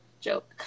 joke